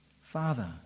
Father